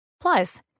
Plus